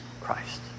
Christ